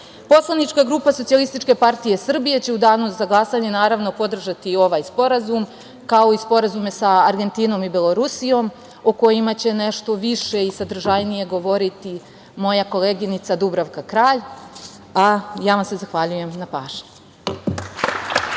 šansa. Poslanička grupa SPS će u danu za glasanje naravno podržati i ovaj sporazum kao i sporazume sa Argentinom i Belorusijom, o kojima će nešto više i sadržajnije govoriti moja koleginica Dubravka Kralj, a ja vam se zahvaljujem na pažnji.